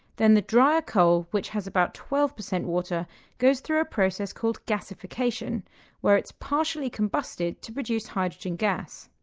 then the drier coal which has about twelve percent water goes through a process called gasification where it's partially combusted to produce hydrogen gas.